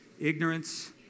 ignorance